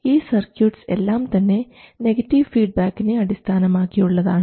ഈ സർക്യൂട്ട്സ് എല്ലാം തന്നെ നെഗറ്റീവ് ഫീഡ് ബാക്കിനെ അടിസ്ഥാനമാക്കിയുള്ളതാണ്